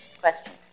question